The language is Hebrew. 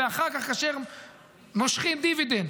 ואחר כך כאשר מושכים דיבידנד,